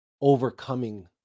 overcoming